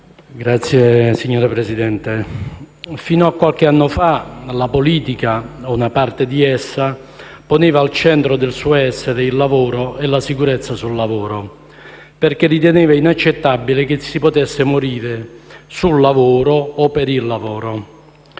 Signora Presidente, fino a qualche anno fa la politica o una parte di essa poneva al centro del suo essere il lavoro e la sicurezza sul lavoro perché riteneva inaccettabile che si potesse morire sul lavoro o per il lavoro.